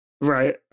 right